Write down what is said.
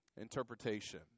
interpretation